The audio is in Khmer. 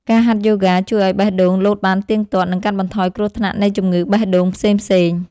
ការហាត់យូហ្គាជួយឱ្យបេះដូងលោតបានទៀងទាត់ និងកាត់បន្ថយគ្រោះថ្នាក់នៃជំងឺបេះដូងផ្សេងៗ។